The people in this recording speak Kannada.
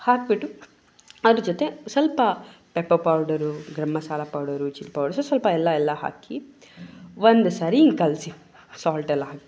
ಹಾಕಿಬಿಟ್ಟು ಅದ್ರ ಜೊತೆ ಸ್ವಲ್ಪ pepper powder garam masala powder chilli powder ಸ್ವಲ್ಪ ಸ್ವಲ್ಪ ಎಲ್ಲ ಎಲ್ಲ ಹಾಕಿ ಒಂದು ಸಾರಿ ಹೀಗ್ ಕಲಸಿ ಸಾಲ್ಟೆಲ್ಲ ಹಾಕಿ